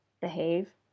behave